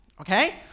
okay